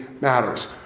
matters